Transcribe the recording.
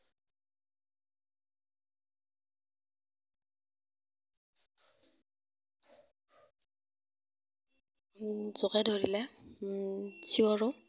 জোকে ধৰিলে চিঞৰোঁ